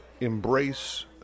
embrace